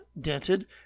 dented